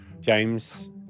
James